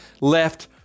left